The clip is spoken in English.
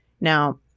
Now